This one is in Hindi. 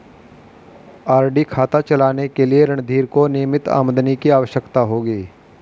आर.डी खाता चलाने के लिए रणधीर को नियमित आमदनी की आवश्यकता होगी